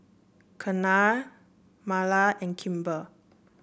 Keanna Marla and Kimber